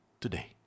today